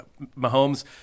Mahomes